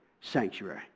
sanctuary